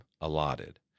allotted